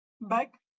back